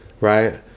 right